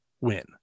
win